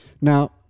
Now